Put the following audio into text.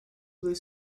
blue